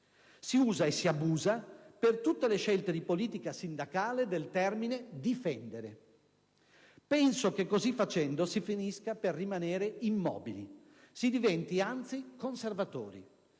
Si usa e si abusa, per tutte le scelte di politica sindacale, del termine "difendere". Penso che così facendo si finisca per rimanere immobili, si diventi anzi conservatori.